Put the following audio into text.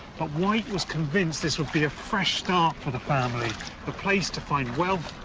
but white was convinced this would be a fresh start for the family a place to find wealth,